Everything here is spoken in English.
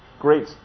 great